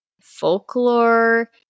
folklore